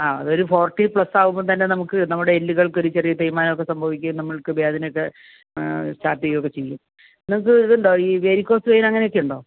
ആ അതൊരു ഫോർട്ടി പ്ലസാകുമ്പോൾ തന്നെ നമുക്ക് നമ്മുടെ എല്ലുകൾകൊക്കെ ഒരു ചെറിയ തേയ്മാനമൊക്കെ സംഭവിക്കുകയും നമ്മൾക്ക് വേദനയൊക്കെ സ്റ്റാർട്ട് ചെയ്യുകയൊക്കെ ചെയ്യും നിങ്ങൾക്ക് ഇതുണ്ടോ ഈ വെരികോസ് വെയ്ൻ അങ്ങനെ ഒക്കെ ഉണ്ടോ